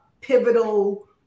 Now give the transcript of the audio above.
pivotal